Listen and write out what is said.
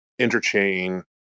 interchain